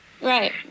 Right